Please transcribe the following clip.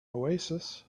oasis